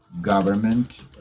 government